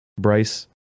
Bryce